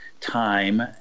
time